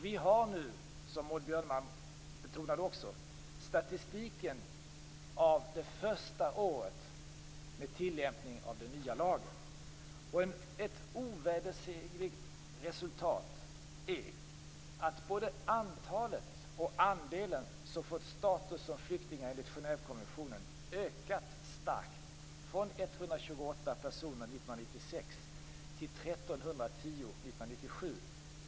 Vi har nu, som Maud Björnemalm också betonade, statistiken från det första året med tillämpningen av den nya lagen. Ett ovedersägligt resultat är att både antalet och andelen som fått status som flyktingar enligt Genèvekonventionen ökat starkt från 128 personer år 1996 till 1 310 personer år 1997.